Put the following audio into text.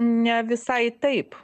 ne visai taip